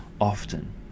often